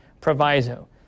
Proviso